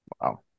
Wow